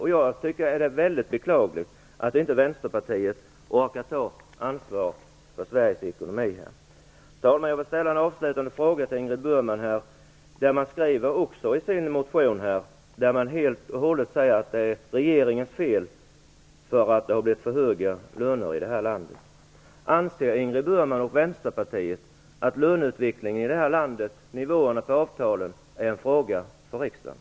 Det är mycket beklagligt att Vänsterpartiet inte orkar ta ansvar för Sveriges ekonomi. Herr talman! Jag vill ställa en avslutande fråga till Ingrid Burman. Man skriver i sin motion att det helt och hållet är regeringens fel att det har blivit för höga löner i vårt land. Anser Ingrid Burman och Vänsterpartiet att löneutvecklingen i vårt land och avtalsnivåerna är frågor för riksdagen?